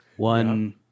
One